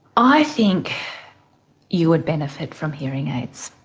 i think you would benefit from hearing aids,